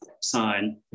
sign